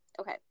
Okay